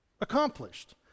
accomplished